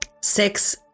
Six